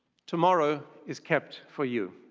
tomorrow is kept for you.